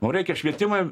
mum reikia švietimą